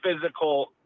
physical